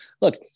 look